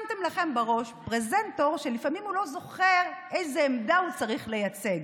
שמתם לכם בראש פרזנטור שלפעמים הוא לא זוכר איזה עמדה הוא צריך לייצג.